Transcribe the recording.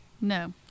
No